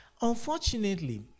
Unfortunately